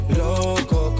loco